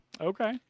Okay